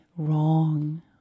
wrong